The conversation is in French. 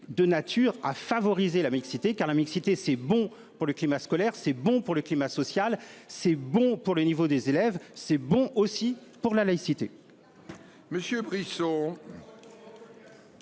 de nature à favoriser la mixité car la mixité, c'est bon pour le climat scolaire, c'est bon pour le climat social c'est bon pour le niveau des élèves. C'est bon aussi pour la laïcité.